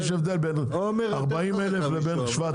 יש הבדל בין 40,000 ל-7,000.